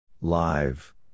Live